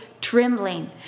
trembling